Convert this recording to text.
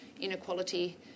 inequality